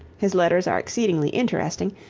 his letters are exceedingly interesting,